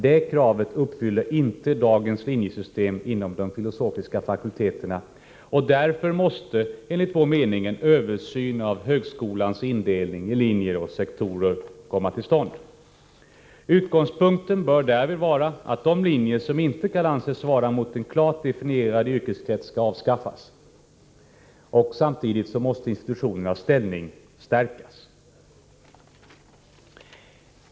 Det kravet uppfyller inte dagens linjesystem inom de filosofiska fakulteterna, och därför måste enligt vår mening en översyn av högskolans indelning i linjer och sektorer komma till stånd. Utgångspunkten bör därvid vara att de linjer som inte kan anses svara mot en klart definierad yrkeskrets skall avskaffas. Samtidigt måste institutionernas ställning stärkas.